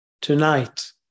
tonight